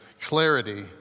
clarity